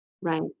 Right